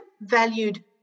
valued